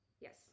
Yes